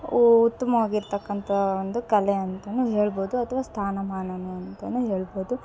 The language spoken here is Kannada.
ಉತ್ಮವಾಗಿರ್ತಕ್ಕಂಥ ಒಂದು ಕಲೆ ಅಂತಲೂ ಹೇಳ್ಬೋದು ಅಥ್ವಾ ಸ್ಥಾನಮಾನ ಅಂತಲೂ ಹೇಳ್ಬೋದು